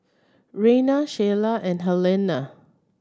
Rayna Sheilah and Helena